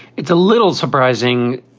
it's a little surprising.